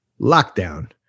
Lockdown